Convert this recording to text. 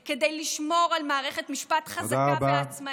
כדי לשמור על מערכת משפט חזקה ועצמאית.